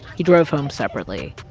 he drove home separately.